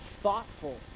thoughtful